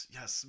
Yes